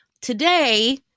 today